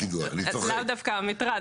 שלא תהיה פגיעה.